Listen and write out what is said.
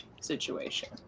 situation